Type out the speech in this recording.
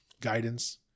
guidance